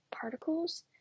particles